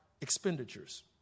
expenditures